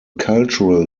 cultural